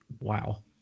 wow